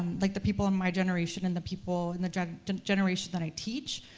like the people in my generation, and the people in the generation that i teach,